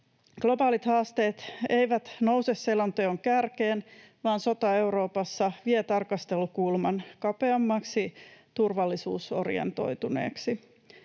Globaalit haasteet eivät nouse selonteon kärkeen, vaan sota Euroopassa vie tarkastelukulman kapeammaksi, turvallisuusorientoituneeksi.